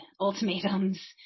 ultimatums